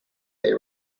they